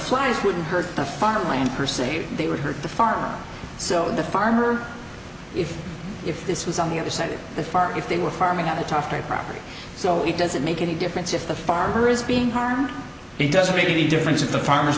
flyers would hurt the farmland per se they would hurt the farm so the farmer if if this was on the other side of the far if they were farming out a tougher property so it doesn't make any difference if the farmer is being harmed it doesn't make any difference if the farmers